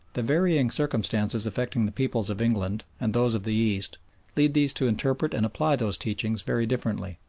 the varying circumstances affecting the peoples of england and those of the east lead these to interpret and apply those teachings very differently.